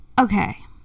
okay